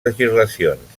legislacions